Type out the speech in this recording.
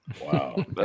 Wow